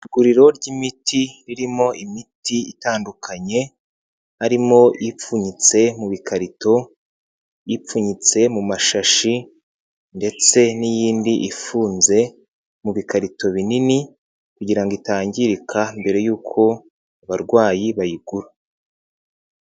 Iguriro ry'imiti ririmo imiti itandukanye, harimo ipfunyitse mu bikarito, ipfunyitse mu mashashi ndetse n'iyindi ifunze mu bikarito binini kugira ngo itangirika mbere yuko abarwayi bayigura.